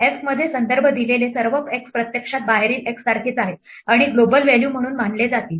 f मध्ये संदर्भ दिलेले सर्व x प्रत्यक्षात बाहेरील x सारखेच आहेत आणि ग्लोबल व्हॅल्यू म्हणून मानले जातील